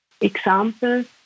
Examples